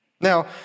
Now